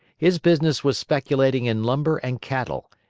his business was speculating in lumber and cattle,